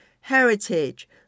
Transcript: heritage